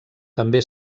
també